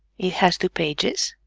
it has two pages